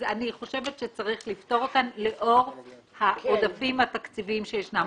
אז אני חושבת שצריך לפטור אותן לאור העודפים התקציביים שישנם,